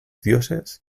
dioses